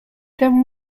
then